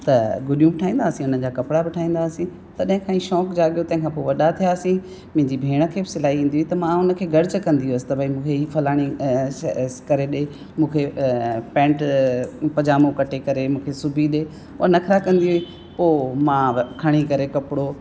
त गुॾियूं बि ठाहींदा हुआसीं उन्हनि जा कपिड़ा बि ठाहींदा हुआसीं तॾहिं खां ई शौक़ु जाॻियो तंहिंखां पोइ वॾा थियासीं मुंहिंजी भेण खे बि सिलाई ईंदी हुई त मां उन खे गर्ज कंदी हुअसि त भई मूंखे हीअ फलाणीअ करे ॾिए मूंखे पेंट पजामो कटे करे मूंखे सिबी ॾिए उहो नखरा कंदी हुई पोइ मां व खणी करे कपिड़ो